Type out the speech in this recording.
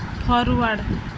forward